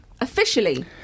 officially